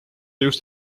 just